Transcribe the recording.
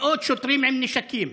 מאות שוטרים עם נשקים,